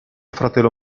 fratello